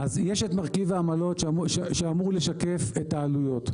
אז יש את מרכיב העמלות שאמור לשקף את העלויות,